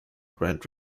grant